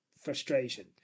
frustration